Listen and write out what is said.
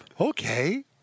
Okay